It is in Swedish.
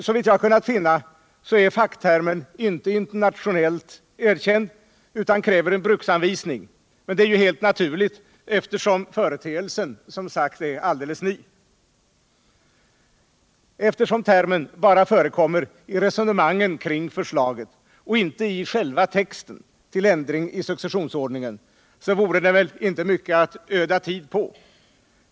Såvitt jag kunnat finna är facktermen inte internationellt erkänd utan kräver en bruksanvisning, men det är ju helt naturligt, eftersom företeelsen som sagt är alldeles ny. Eftersom termen bara förekommer i resonemangen kring förslaget och inte i själva texten till ändring i successionsordningen vore den väl inte mycket att öda tid på.